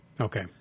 Okay